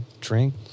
drink